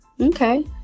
Okay